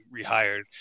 rehired